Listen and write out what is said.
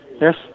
Yes